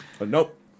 Nope